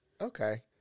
Okay